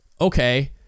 okay